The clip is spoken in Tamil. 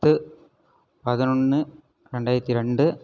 பத்து பதினொன்று ரெண்டாயிரத்தி ரெண்டு